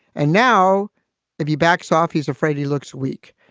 and now if he backs off, he's afraid he looks weak.